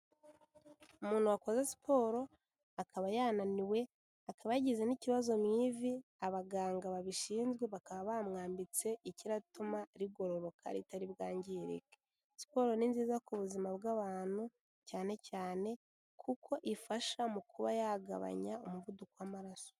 Umuntu wakoze siporo, akaba yananiwe, akaba yagize n'ikibazo mu ivi, abaganga babishinzwe bakaba bamwambitse ikiratuma rigororoka ritari bwangirike. Siporo ni nziza ku buzima bw'abantu cyane cyane, kuko ifasha mu kuba yagabanya umuvuduko w'amaraso.